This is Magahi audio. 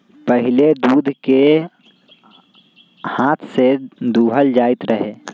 पहिले दूध के हाथ से दूहल जाइत रहै